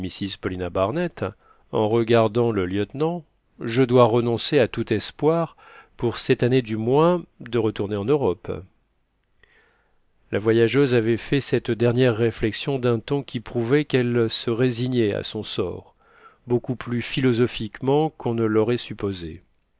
mrs paulina barnett en regardant le lieutenant je dois renoncer à tout espoir pour cette année du moins de retourner en europe la voyageuse avait fait cette dernière réflexion d'un ton qui prouvait qu'elle se résignait à son sort beaucoup plus philosophiquement qu'on ne l'aurait supposé